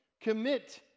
Commit